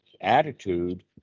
attitude